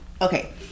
Okay